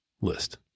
list